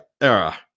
era